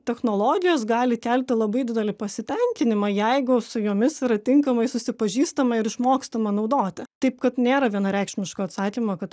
technologijos gali kelti labai didelį pasitenkinimą jeigu su jomis yra tinkamai susipažįstama ir išmokstama naudoti taip kad nėra vienareikšmiško atsakymo kad